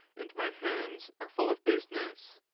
and my hands are full of business.